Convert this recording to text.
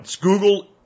Google